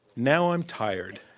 now i'm tired.